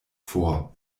vor